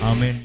Amen